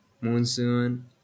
monsoon